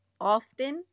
often